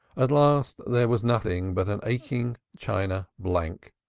at last there was nothing but an aching china blank.